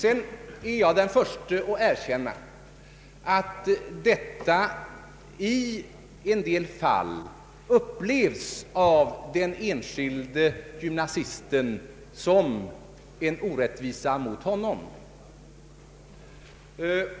Emellertid är jag den förste att erkänna att detta i en del fall av den enskilde gymnasisten upplevs som en orättvisa mot honom.